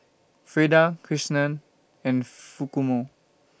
Freida Kirsten and